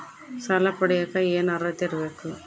ಸಾಲ ಪಡಿಯಕ ಏನು ಅರ್ಹತೆ ಇರಬೇಕು?